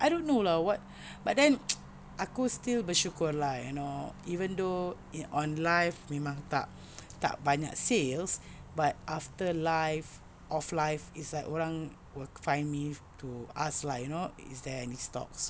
I don't know lah what but then aku still bersyukur lah you know even though in on live memang tak tak banyak sales but after live off live is like orang will find me to ask lah you know is there any stocks